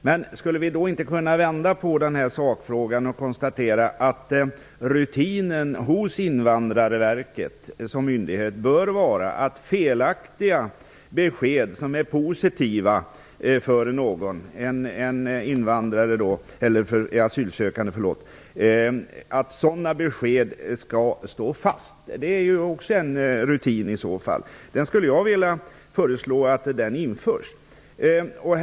Men skulle vi inte kunna vända på sakfrågan och konstatera att rutinen hos Invandrarverket som myndighet bör vara att felaktiga besked som är positiva för en asylsökande skall stå fast? Det är också en rutin i så fall. Jag skulle vilja föreslå att en sådan rutin införs.